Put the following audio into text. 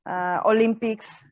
Olympics